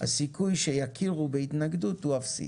הסיכוי שיכירו בהתנגדות הוא אפסי